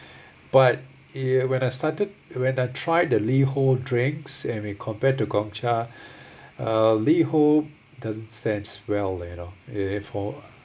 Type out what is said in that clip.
but ya when I started when I tried the liho drinks and we compare to gong cha uh liho doesn't sense well you know uh for